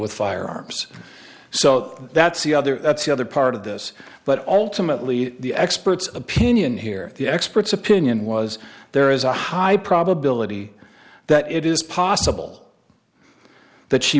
with firearms so that's the other that's the other part of this but ultimately the expert's opinion here the expert's opinion was there is a high probability that it is possible that she